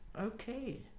okay